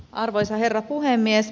arvoisa herra puhemies